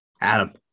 Adam